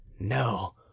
no